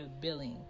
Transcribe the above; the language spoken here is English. billing